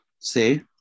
See